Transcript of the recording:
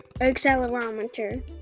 accelerometer